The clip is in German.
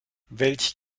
welch